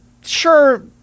sure